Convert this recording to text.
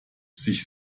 sich